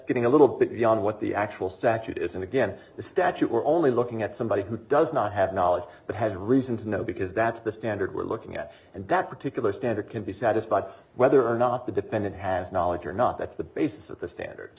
getting a little bit young what the actual statute is and again the statute we're only looking at somebody who does not have knowledge but had reason to know because that's the standard we're looking at and that particular standard can be satisfied whether or not the defendant has knowledge or not that's the basis of the standard